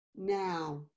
now